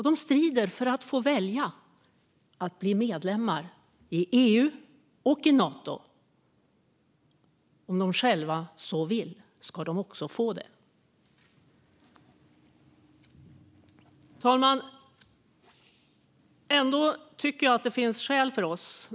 De strider för att få välja att bli medlemmar i EU och i Nato. Om de själva så vill ska de också få det. Herr talman!